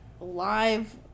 live